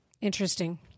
Interesting